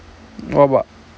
!wah! but